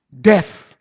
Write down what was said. death